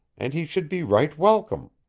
and he should be right welcome.